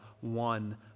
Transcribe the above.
one